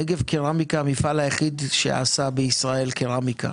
נגב קרמיקה הוא המפעל היחיד שעשה בישראל קרמיקה